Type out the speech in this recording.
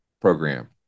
program